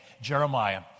Jeremiah